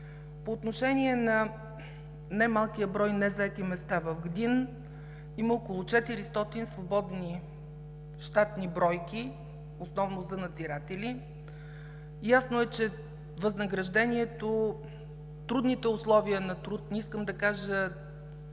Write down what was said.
„Изпълнение на наказанията“ има около 400 свободни щатни бройки, основно за надзиратели. Ясно е, че възнаграждението, трудните условия на труд – не искам да кажа,